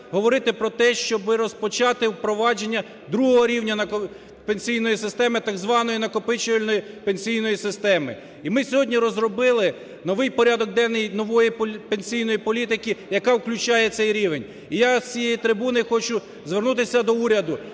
говорити про те, щоб розпочати впровадження другого рівня пенсійної системи, так званої накопичувальної пенсійної системи. І ми сьогодні розробили новий порядок денний нової пенсійної політики, яка включає цей рівень. І я з цієї трибуни хочу звернутися до уряду,